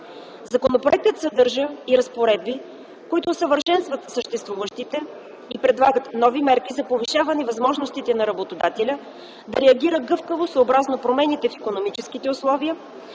Законопроектът съдържа и разпоредби, които усъвършенстват съществуващите и предлагат нови мерки за повишаване възможностите на работодателя да реагира гъвкаво, съобразно промените в икономическите условия,